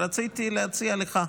רציתי להציע לך,